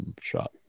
shot